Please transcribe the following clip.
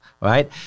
right